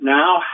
now